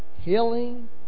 healing